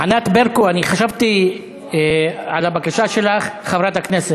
ענת ברקו, אני חשבתי על הבקשה שלך, חברת הכנסת.